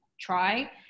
try